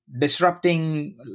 Disrupting